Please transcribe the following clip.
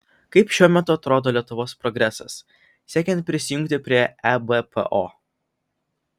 kaip šiuo metu atrodo lietuvos progresas siekiant prisijungti prie ebpo